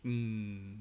mm